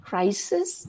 Crisis